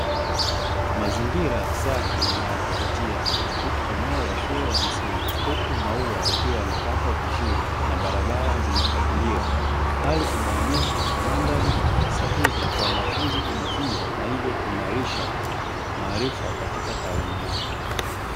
Mazingira safi na ya kuvutia, katika eneo la shule ya msingi, huku maua yakiwa yamekatwa vizuri na barabara zimefagiliwa. Hali inayoonyesha mandhari sahihi kwa wanafunzi kujifunza na hivyo kuimarisha maarifa katika taaluma yao.